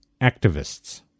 activists